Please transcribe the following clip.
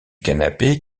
canapé